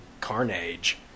carnage